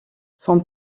son